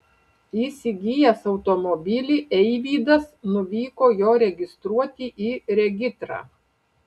įsigijęs automobilį eivydas nuvyko jo registruoti į regitrą